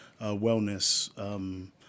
Wellness